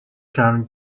can